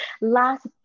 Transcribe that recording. last